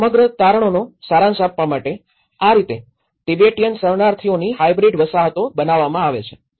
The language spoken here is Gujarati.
અને સમગ્ર તારણોનો સારાંશ આપવા માટે આ રીતે તિબેટીયન શરણાર્થીઓની હાયબ્રીડ વસાહતો બનાવવામાં આવે છે